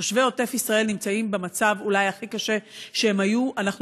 תושבי עוטף ישראל נמצאים במצב אולי הכי קשה שהם היו בו.